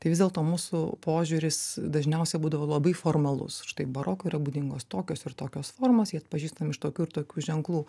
tai vis dėlto mūsų požiūris dažniausiai būdavo labai formalus štai barokui yra būdingos tokios ir tokios formos jį atpažįstam iš tokių ir tokių ženklų